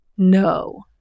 No